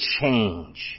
change